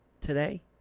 Today